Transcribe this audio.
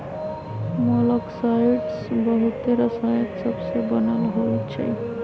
मोलॉक्साइड्स बहुते रसायन सबसे बनल होइ छइ